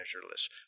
measureless